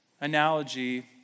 analogy